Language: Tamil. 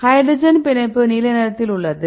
ஹைட்ரஜன் பிணைப்பு நீல நிறத்தில் உள்ளது